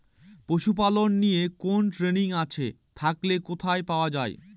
পশুপালন নিয়ে কোন ট্রেনিং আছে থাকলে কোথায় পাওয়া য়ায়?